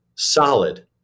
Solid